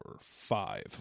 five